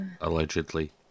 Allegedly